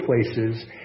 places